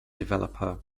developer